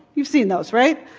you've seen those, right?